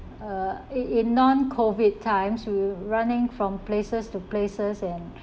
uh it in non-COVID times we running from places to places and